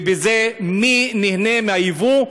ומי נהנה מהיבוא?